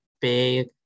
big